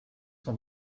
son